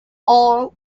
all